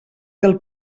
del